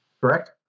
Correct